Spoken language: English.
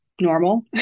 normal